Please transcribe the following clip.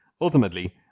Ultimately